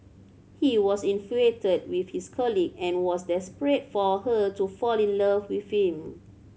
he was infatuated with his colleague and was desperate for her to fall in love with him